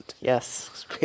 Yes